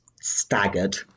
staggered